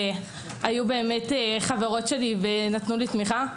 היו חברות שלי ונתנו לי תמיכה.